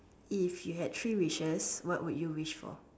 if you had three wishes what would you wish for